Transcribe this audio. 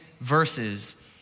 verses